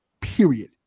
period